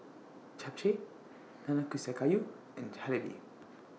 Japchae Nanakusa Gayu and Jalebi